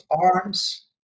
arms